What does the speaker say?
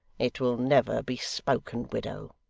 it will never be spoken, widow